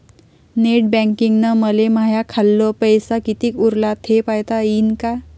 Net बँकिंगनं मले माह्या खाल्ल पैसा कितीक उरला थे पायता यीन काय?